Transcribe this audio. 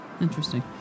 Interesting